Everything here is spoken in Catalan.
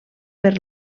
per